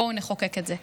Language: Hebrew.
בואו נחוקק את זה.